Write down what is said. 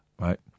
right